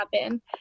happen